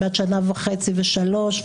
בת שנה וחצי ושלוש,